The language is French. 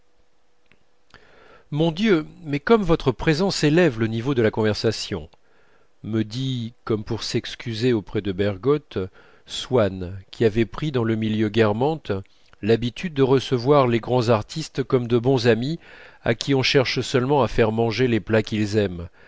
mon dieu mais comme votre présence élève le niveau de la conversation me dit comme pour s'excuser auprès de bergotte swann qui avait pris dans le milieu guermantes l'habitude de recevoir les grands artistes comme de bons amis à qui on cherche seulement à faire manger les plats qu'ils aiment